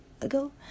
ago